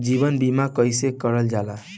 जीवन बीमा कईसे करल जाला?